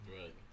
Right